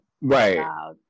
Right